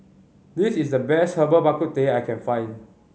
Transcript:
this is the best Herbal Bak Ku Teh I can find